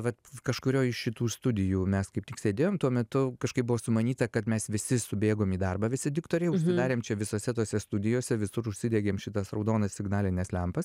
vat kažkurioj iš šitų studijų mes kaip tik sėdėjom tuo metu kažkaip buvo sumanyta kad mes visi subėgom į darbą visi diktoriai užsidarėm čia visose tose studijose visur užsidegėm šitas raudonas signalines lempas